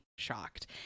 Shocked